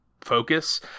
focus